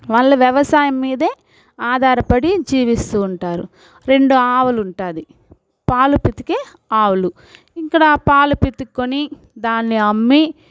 వాళ్ళ వ్యవసాయం మీదే ఆధారపడి జీవిస్తూ ఉంటారు రెండు ఆవులుంటాది పాలు పితికి ఆవులు ఇక్కడ పాలు పితుక్కొని దాన్ని అమ్మి